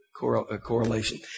Correlation